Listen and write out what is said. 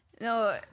No